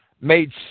made